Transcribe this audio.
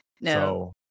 no